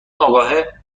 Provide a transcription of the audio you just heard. اقاهه